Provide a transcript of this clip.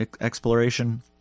exploration